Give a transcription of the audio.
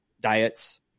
diets